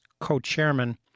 co-chairman